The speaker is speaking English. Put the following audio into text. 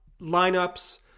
lineups